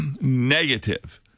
negative